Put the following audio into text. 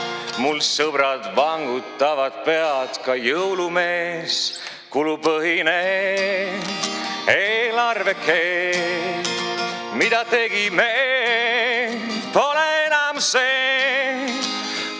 sõbrad vangutavad pead, ka jõulumees. Kulupõhine eelarveke, mida tegime, pole enam